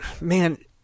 man